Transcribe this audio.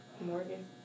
Morgan